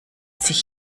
sich